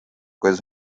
kuidas